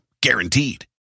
guaranteed